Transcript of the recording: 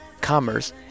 commerce